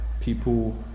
people